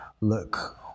look